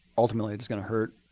ultimately it's going to hurt